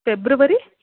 February